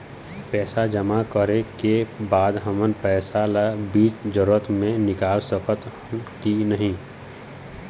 पैसा जमा करे के बाद हमन पैसा ला बीच जरूरत मे निकाल सकत हन की नहीं?